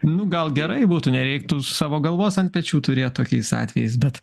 nu gal gerai būtų nereiktų savo galvos ant pečių turėt tokiais atvejais bet